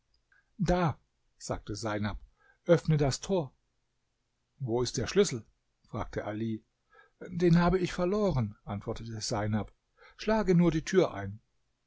da sagte seinab öffne das tor wo ist der schlüssel fragte ali den habe ich verloren antwortete seinab schlage nur die tür ein